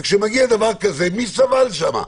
וכשמגיע דבר כזה, מי סבל שם?